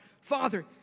Father